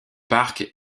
parc